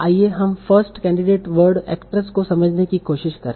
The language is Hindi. आइए हम फर्स्ट कैंडिडेट वर्ड एक्ट्रेस को समझने की कोशिश करें